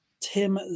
Tim